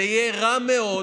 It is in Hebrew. זה יהיה רע מאוד